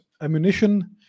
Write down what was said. ammunition